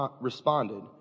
responded